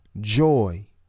joy